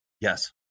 Yes